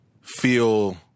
feel